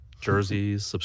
Jerseys